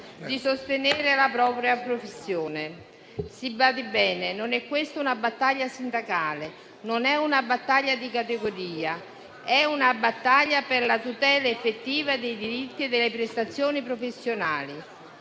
di sostenere la propria professione. Si badi bene: non è questa una battaglia sindacale, non è una battaglia di categoria. È una battaglia per la tutela effettiva dei diritti delle prestazioni professionali,